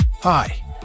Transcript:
Hi